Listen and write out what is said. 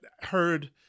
heard